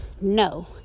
no